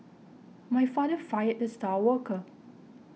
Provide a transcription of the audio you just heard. my father fired the star worker